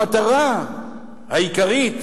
המטרה העיקרית